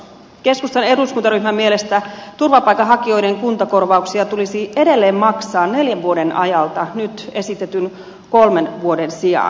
keskustan eduskuntaryhmän mielestä turvapaikanhakijoiden kuntakorvauksia tulisi edelleen maksaa neljän vuoden ajalta nyt esitetyn kolmen vuoden sijaan